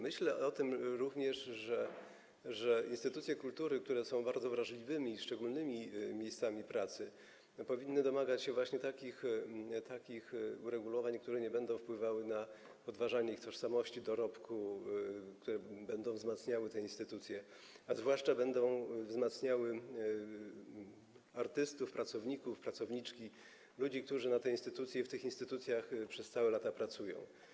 Myślę również o tym, że instytucje kultury, które są bardzo wrażliwymi i szczególnymi miejscami pracy, powinny domagać się właśnie takich uregulowań, które nie będą wpływały na podważanie ich tożsamości, dorobku, które będą wzmacniały te instytucje, a zwłaszcza będą wzmacniały artystów, pracowników, pracowniczki, ludzi, którzy w tych instytucjach przez całe lata pracują.